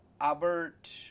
Albert